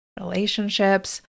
relationships